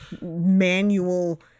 Manual